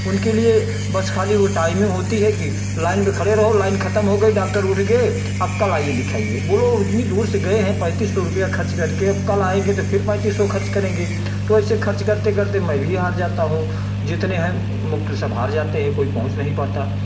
उनके लिए बस खाली वह टाइमिंग होती है कि लाइन में खड़े रहो लाइन ख़त्म हो गई डॉक्टर उठ गए अब कल आइए दिखाइए वह लोग इतनी दूर से गए हैं पैंतीस सौ रुपये खर्च करके अब कल आएँगे तो फ़िर पैंतीस सौ खर्च करेंगे तो ऐसे खर्च करते करते मैं भी हार जाता हूँ जितने हैं मुक्त सब हार जाते हैं कोई पहुँच नहीं पाता